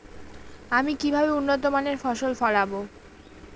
আমি কিভাবে উন্নত মানের ফসল ফলাব?